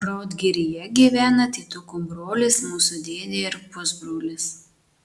raudgiryje gyvena tėtuko brolis mūsų dėdė ir pusbrolis